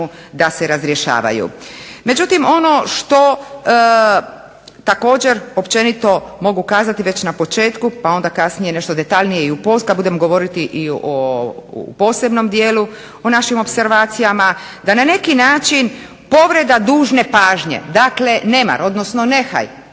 da se razrješavaju. Međutim, ono što također općenito mogu kazati već na početku pa onda kasnije nešto detaljnije, kad budem govoriti i o posebnom dijelu, o našim opservacijama, da na neki način povreda dužne pažnje, dakle nemar odnosno nehaj